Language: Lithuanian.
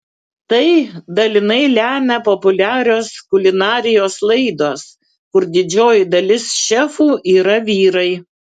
tai dalinai lemia populiarios kulinarijos laidos kur didžioji dalis šefų yra vyrai